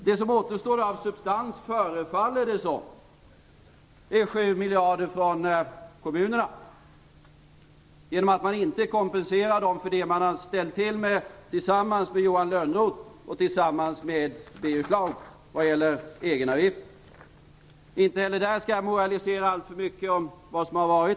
Det som återstår av substans, förefaller det som, är 7 miljarder från kommunerna, genom att man inte kompenserar dem för det man har ställt till med tillsammans med Johan Lönnroth och Birger Schlaug vad gäller egenavgiften. Inte heller där skall jag moralisera alltför mycket om vad som har varit.